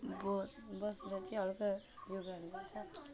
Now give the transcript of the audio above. अब बसेर चाहिँ हल्का